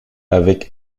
avec